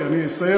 כי אני אסיים.